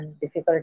difficult